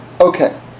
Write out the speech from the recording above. Okay